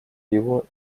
его